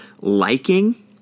Liking